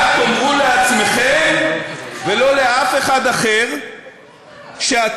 אל תאמרו לעצמכם ולא לאף אחד אחר שהטרור